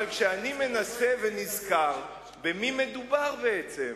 אבל כשאני מנסה להיזכר, ונזכר, במי מדובר בעצם,